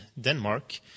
Denmark